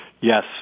Yes